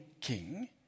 king